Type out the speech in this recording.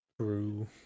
True